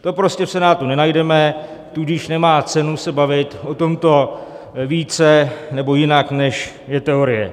To prostě v Senátu nenajdeme, tudíž nemá cenu se bavit o tomto více nebo jinak, než je teorie.